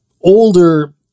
older